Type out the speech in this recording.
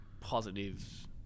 positive